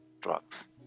drugs